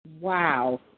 Wow